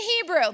Hebrew